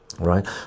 right